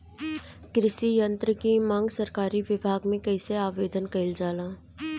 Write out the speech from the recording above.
कृषि यत्र की मांग सरकरी विभाग में कइसे आवेदन कइल जाला?